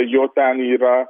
jo ten yra